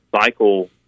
cycle